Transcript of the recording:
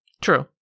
True